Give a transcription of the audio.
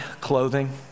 clothing